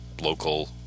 local